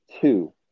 Two